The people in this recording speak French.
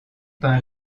peint